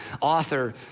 author